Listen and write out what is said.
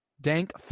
Dank